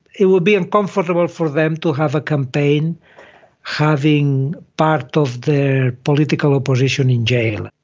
it would be uncomfortable for them to have a campaign having part of the political opposition in jail.